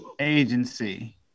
agency